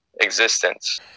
existence